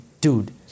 dude